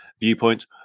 viewpoint